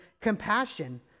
compassion